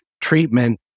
treatment